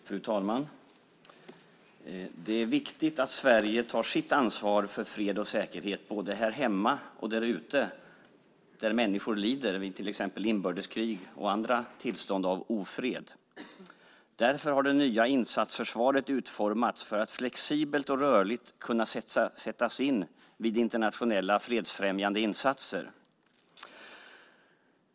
Fru talman! Det är viktigt att Sverige tar sitt ansvar för fred och säkerhet, både här hemma och där ute där människor lider vid till exempel inbördeskrig eller andra tillstånd av ofred. Därför har det nya insatsförsvaret utformats för att flexibelt och rörligt kunna sättas in vid internationella fredsfrämjande insatser.